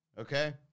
okay